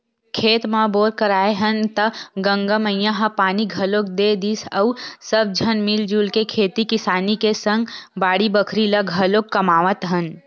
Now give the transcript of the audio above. खेत म बोर कराए हन त गंगा मैया ह पानी घलोक दे दिस अउ सब झन मिलजुल के खेती किसानी के सग बाड़ी बखरी ल घलाके कमावत हन